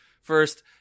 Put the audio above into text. First